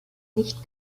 nicht